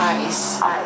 ice